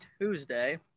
Tuesday